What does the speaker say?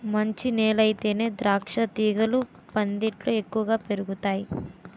మంచి నేలయితేనే ద్రాక్షతీగలు పందిట్లో ఎక్కువ పెరుగతాయ్